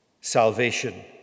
Salvation